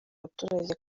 abaturage